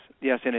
yes